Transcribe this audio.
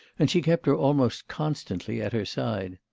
and she kept her almost constantly at her side.